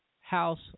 House